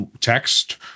text